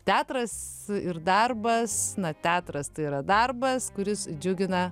teatras ir darbas na teatras tai yra darbas kuris džiugina